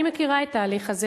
אני מכירה את ההליך הזה,